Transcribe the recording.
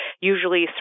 usually